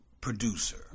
producer